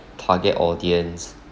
target audience